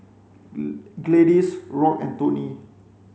Gladys Rock and Toni